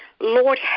Lord